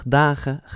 dagen